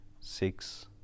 six